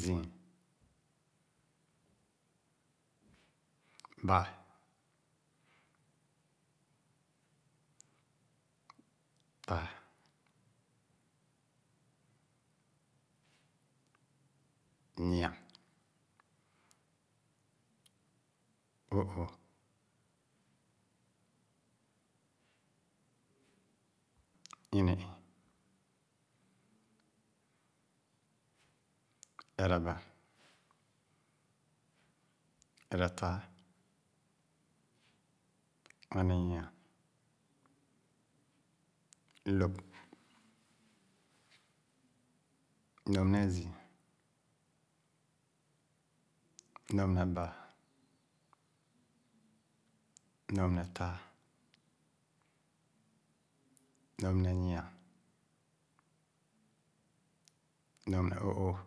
Zii, baa, taa, nyi-a, o'oo, ini-ii, ereba, eretaa, aninya, lõp. Lõp ne azii, lõp ne baa, lõp ne taa, lõp ne nyi-a, lõp ne o'ooh,